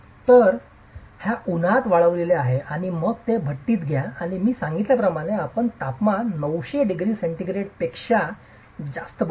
तर हा उन्हात वाळविलेले आहे आणि मग आपण ते भट्टीत घ्या आणि मी सांगितल्याप्रमाणे आम्ही तापमान 900 डिग्री सेंटीग्रेडपेक्षा जास्त बोलत आहोत